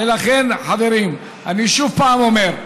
לכן, חברים, אני שוב אומר: